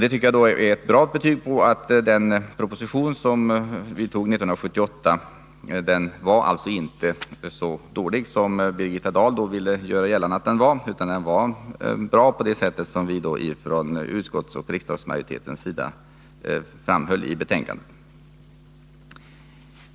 Det tycker jag är ett bra betyg på att den proposition som vi antog 1978 inte var så dålig som Birgitta Dahl då ville göra gällande. Den var bra på det sätt som vi då från utskottsmajoriteten framhöll i betänkandet.